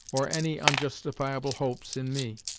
or any onjustifiable hopes in me.